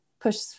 push